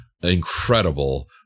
incredible